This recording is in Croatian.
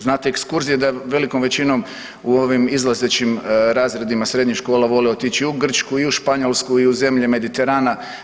Znate da ekskurzije velikom većinom u ovim izlazećim razredima srednjih škola vole otići i u Grčku, i u Španjolsku i u zemlje Mediterana.